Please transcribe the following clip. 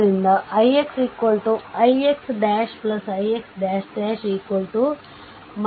ಆದ್ದರಿಂದ ix ix ' ix " 8 17 ampere